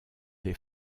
des